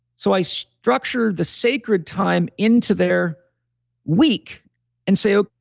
so i structured the sacred time into their week and say, ah